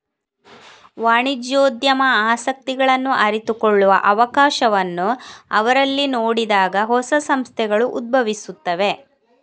ವಾಣಿಜ್ಯೋದ್ಯಮ ಆಸಕ್ತಿಗಳನ್ನು ಅರಿತುಕೊಳ್ಳುವ ಅವಕಾಶವನ್ನು ಅವರಲ್ಲಿ ನೋಡಿದಾಗ ಹೊಸ ಸಂಸ್ಥೆಗಳು ಉದ್ಭವಿಸುತ್ತವೆ